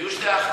היו שתי הכרזות,